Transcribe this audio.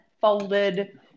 folded